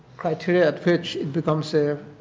criteria at which it becomes